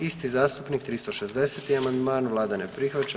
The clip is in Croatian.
Isti zastupnik 360. amandman, vlada ne prihvaća.